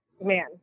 Man